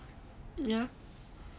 ya